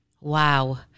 Wow